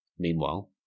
Meanwhile